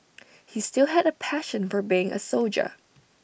he still had A passion for being A soldier